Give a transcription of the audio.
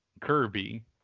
Kirby